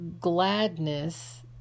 gladness